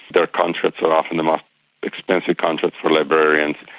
their contracts are often the most expensive contracts for librarians,